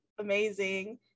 amazing